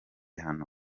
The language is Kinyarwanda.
hano